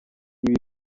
ibi